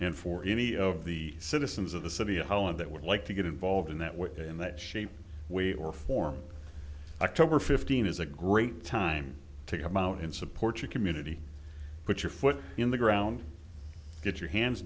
and for any of the citizens of the city hall and that would like to get involved in that way in that shape way or form i took over fifteen is a great time to come out in support your community put your foot in the ground get your hands